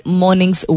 mornings